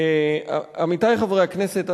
עמיתי חברי הכנסת,